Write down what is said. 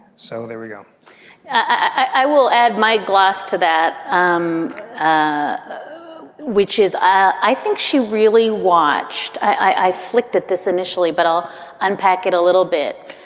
so there we go i will add my glass to that, um ah which which is i think she really watched. i flicked at this initially, but i'll unpack it a little bit.